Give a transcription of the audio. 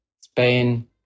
Spain